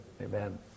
Amen